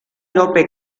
lope